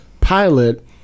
pilot